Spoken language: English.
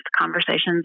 conversations